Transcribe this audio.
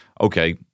Okay